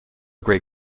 great